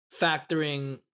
factoring